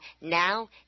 now